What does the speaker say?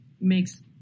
makes